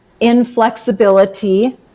inflexibility